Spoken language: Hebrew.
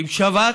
עם שבץ.